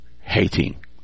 hating